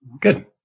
good